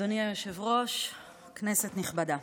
אדוני היושב-ראש, כנסת נכבדה,